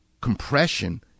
compression